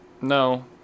No